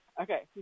Okay